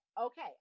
Okay